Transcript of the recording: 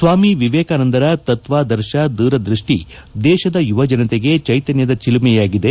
ಸ್ವಾಮಿ ವಿವೇಕಾನಂದರ ತತ್ವಾದರ್ಶ ದೂರದೃಷ್ಟಿ ದೇಶದ ಯುವಜನತೆಗೆ ಚೈತನ್ಯದ ಚಿಲುಮೆಯಾಗಿದ್ದಾರೆ